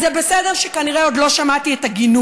אז זה בסדר שכנראה עוד לא שמעתי את הגינוי.